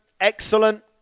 excellent